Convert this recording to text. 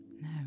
No